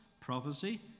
prophecy